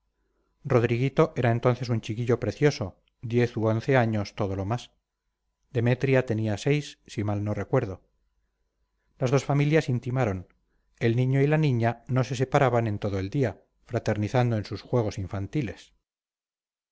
rodriguito era entonces un chiquillo precioso diez u once años todo lo más demetria tenía seis si mal no recuerdo las dos familias intimaron el niño y la niña no se separaban en todo el día fraternizando en sus juegos infantiles